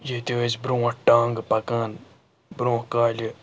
ییٚتہِ ٲسۍ برٛونٛٹھ ٹانٛگہٕ پَکان برٛونٛہہ کالہِ